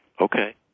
Okay